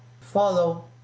follow